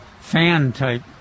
fan-type